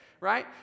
right